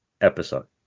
episode